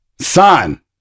son